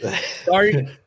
Sorry